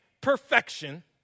perfection